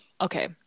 okay